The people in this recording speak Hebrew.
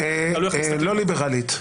לא ליברלית.